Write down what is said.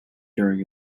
during